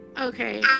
Okay